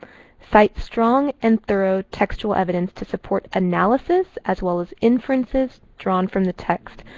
cite strong and thorough textual evidence to support analysis as well as inferences drawn from the text.